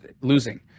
losing